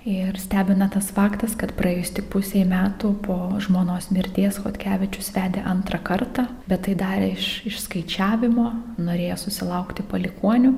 ir stebina tas faktas kad praėjus tik pusei metų po žmonos mirties chodkevičius vedė antrą kartą bet tai darė iš išskaičiavimo norėjo susilaukti palikuonių